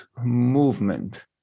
movement